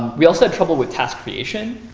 we also had trouble with task creation.